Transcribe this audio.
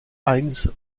heinz